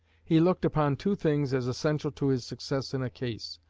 he looked upon two things as essential to his success in a case.